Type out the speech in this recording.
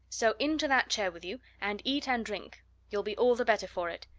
so into that chair with you, and eat and drink you'll be all the better for it.